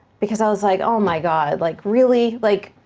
because i was like, oh, my god, like really? like,